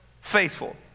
faithful